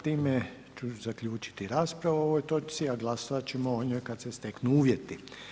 Time ću zaključiti raspravu o ovoj točci a glasovat ćemo o njoj kad se steknu uvjeti.